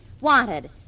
Wanted